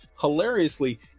hilariously